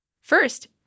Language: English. First